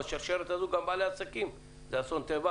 בשרשרת הזו גם בעלי העסקים עצמם,